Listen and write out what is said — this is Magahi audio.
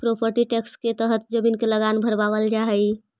प्रोपर्टी टैक्स के तहत जमीन के लगान भरवावल जा हई